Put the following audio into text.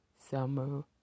Summer